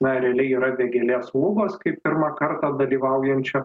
na realiai yra vėgėlės lubos kaip pirmą kartą dalyvaujančio